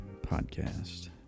Podcast